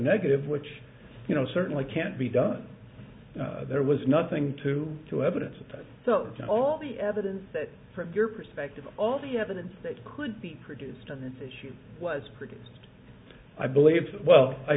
negative which you know certainly can't be done there was nothing to to evidence and so to all the evidence that from your perspective all the evidence that could be produced on this issue was pretty i believe well i